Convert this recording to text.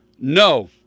no